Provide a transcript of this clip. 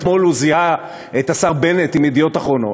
אתמול הוא זיהה את השר בנט עם "ידיעות אחרונות".